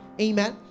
Amen